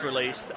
released